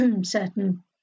certain